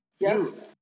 Yes